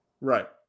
Right